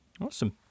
Awesome